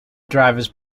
drivers